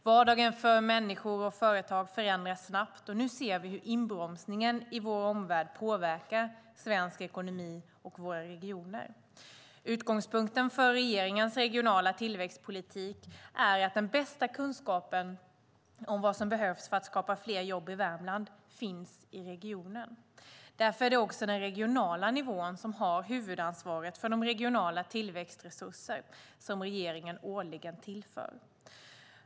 Vardagen för människor och företag förändras snabbt, och nu ser vi hur inbromsningen i vår omvärld påverkar svensk ekonomi och våra regioner. Utgångspunkten för regeringens regionala tillväxtpolitik är att den bästa kunskapen om vad som behövs för att skapa fler jobb i Värmland finns i regionen. Därför är det också den regionala nivån som har huvudansvaret för de regionala tillväxtresurser som regeringen årligen tillför.